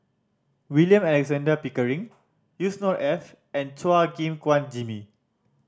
William Alexander Pickering Yusnor Ef and Chua Gim Guan Jimmy